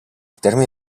termine